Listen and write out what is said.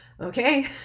okay